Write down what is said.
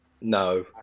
No